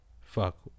Fuck